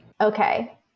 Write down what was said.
Okay